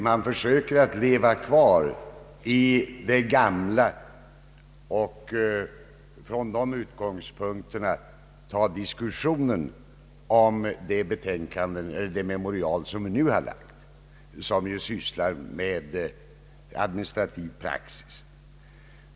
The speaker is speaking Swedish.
Man försöker att leva kvar i det gamla och föra diskussionen från de utgångspunkterna om det memorial vi nu har lagt, som sysslar med administrativ praxis.